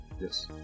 Yes